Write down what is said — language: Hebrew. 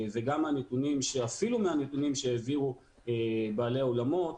אפילו מהנתונים שהביאו בעלי האולמות,